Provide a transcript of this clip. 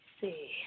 see